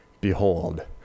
Behold